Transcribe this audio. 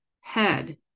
head